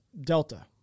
Delta